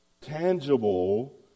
Tangible